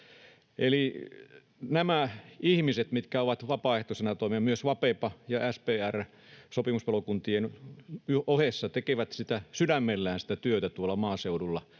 Eli nämä ihmiset, mitkä toimivat vapaaehtoisina, myös Vapepa ja SPR sopimuspalokuntien ohessa, tekevät sitä työtä sydämellään tuolla maaseudulla